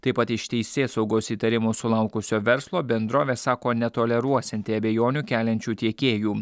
taip pat iš teisėsaugos įtarimų sulaukusio verslo bendrovė sako netoleruosianti abejonių keliančių tiekėjų